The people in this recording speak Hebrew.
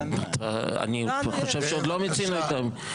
אני חושב שעוד לא מיצינו את הדיון.